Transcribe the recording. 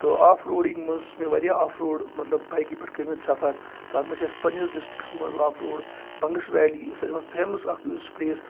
تہٕ off roading منٛز چھِ مےٚ وارِیاہ آف روڈ مَطلَب بایکہِ پٮ۪ٹھ کٔرۍمٕتۍ سَفَر تَتھ منٛز چھِ اَسہِ پَنٕنِس ڈِسٹرٕکَس منٛز آف روڈ بَنگَس ویلی سأرِوِِیو کھۅتہٕ فیمَس اَکھ ٹوٗرِسٹ پُلیس